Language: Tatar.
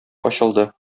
ачылды